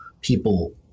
people